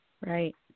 Right